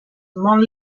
molt